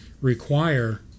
require